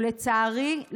ולצערי,